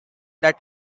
that